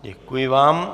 Děkuji vám.